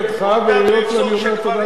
והיות שאני אומר גם תודה לווילמה,